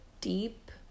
deep